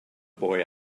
boy